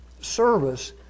service